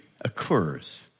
occurs